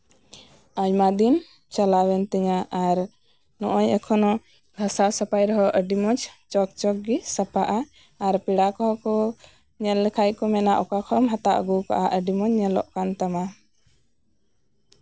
ᱟᱭᱢᱟ ᱫᱤᱱ ᱪᱟᱞᱟᱣᱮᱱ ᱛᱤᱧᱟᱹ ᱟᱨ ᱱᱚᱜᱼᱚᱭ ᱮᱠᱷᱚᱱᱳ ᱜᱷᱟᱥᱟᱣ ᱥᱟᱯᱷᱟᱭ ᱨᱮᱦᱚᱸ ᱟ ᱰᱤ ᱢᱚᱡᱽ ᱪᱚᱠᱼᱪᱚᱠ ᱜᱮ ᱥᱟᱯᱟᱜᱼᱟ ᱟᱨ ᱯᱮᱲᱟ ᱠᱚᱠᱚ ᱧᱮᱞ ᱞᱮᱠᱷᱟᱡ ᱠᱚ ᱢᱮᱱᱟ ᱚᱠᱟ ᱠᱷᱚᱡ ᱮᱢ ᱦᱟᱛᱟᱣ ᱟᱹᱜᱩᱣ ᱠᱟᱫᱟ ᱟᱹᱰᱤ ᱢᱚᱡᱽ ᱧᱮᱞᱚᱜ ᱠᱟᱱ ᱛᱟᱢᱟ